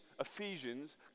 Ephesians